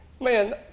Man